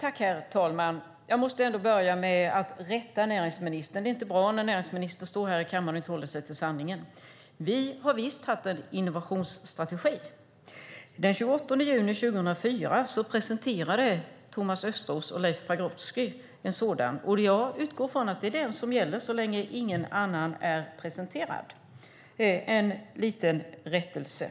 Herr talman! Jag måste börja med att rätta näringsministern. Det är inte bra när näringsministern här i kammaren inte håller sig till sanningen. Vi har visst haft en innovationsstrategi. Den 28 juni 2004 presenterade Thomas Östros och Leif Pagrotsky en sådan. Jag utgår från att den gäller så länge ingen annan är presenterad - en liten rättelse.